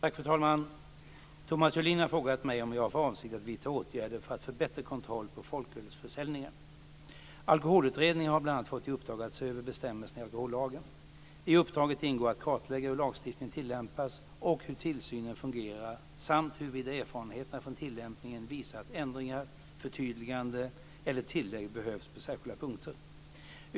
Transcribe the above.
Fru talman! Thomas Julin har frågat mig om jag har för avsikt att vidta åtgärder för att få bättre kontroll över folkölsförsäljningen. Alkoholutredningen har bl.a. fått i uppdrag att se över bestämmelserna i alkohollagen. I uppdraget ingår att kartlägga hur lagstiftningen tillämpas och hur tillsynen fungerar samt huruvida erfarenheterna från tillämpningen visar att ändringar, förtydliganden eller tillägg behövs på särskilda punkter.